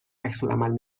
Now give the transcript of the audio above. عکسالعمل